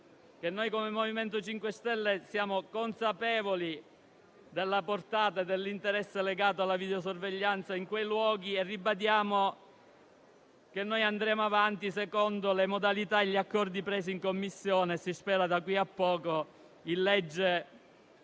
che il MoVimento 5 Stelle è consapevole della portata dell'interesse legato al tema della videosorveglianza in quei luoghi. Ribadiamo pertanto che andremo avanti secondo le modalità e gli accordi presi in Commissione - si spera da qui a poco - e